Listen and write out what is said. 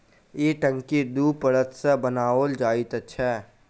ई टंकी दू परत सॅ बनाओल जाइत छै